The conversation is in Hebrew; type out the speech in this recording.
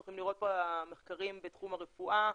תוכלו לראות פה מחקרים בתחום הרפואה,